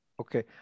Okay